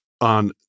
on